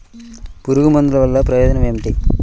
పురుగుల మందుల వల్ల ప్రయోజనం ఏమిటీ?